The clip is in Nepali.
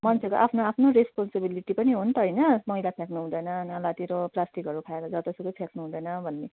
मान्छेको आफ्नो आफ्नो रेस्पोन्सिबिलिटी पनि हो नि त हैन मैला फ्याँक्नु हुँदैन नालातिर प्लास्टिकहरू फ्या जतासुकै फ्याँक्नु हुँदैन भन्ने